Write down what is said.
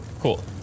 Cool